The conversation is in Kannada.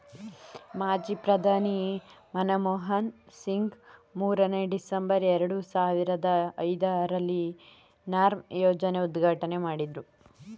ಮಾಜಿ ಪ್ರಧಾನಿ ಮನಮೋಹನ್ ಸಿಂಗ್ ಮೂರನೇ, ಡಿಸೆಂಬರ್, ಎರಡು ಸಾವಿರದ ಐದರಲ್ಲಿ ನರ್ಮ್ ಯೋಜನೆ ಉದ್ಘಾಟನೆ ಮಾಡಿದ್ರು